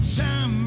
time